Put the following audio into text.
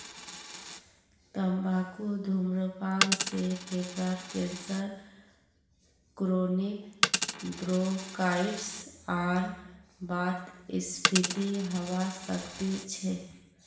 तंबाकू धूम्रपान से फेफड़ार कैंसर क्रोनिक ब्रोंकाइटिस आर वातस्फीति हवा सकती छे